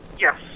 Yes